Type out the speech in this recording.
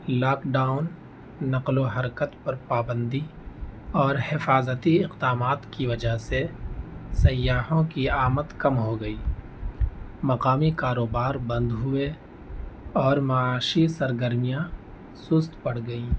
lock down نقل و حرکت پر پابندی اور حفاظتی اقدامات کی وجہ سے سیاحوں کی آمد کم ہو گئی مقامی کاروبار بند ہوئے اور معاشی سرگرمیاں سست پڑ گئیں